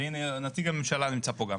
והנה, נציג הממשלה נמצא פה גם.